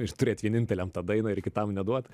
ir turėti vieninteliam tą dainą ir kitam neduot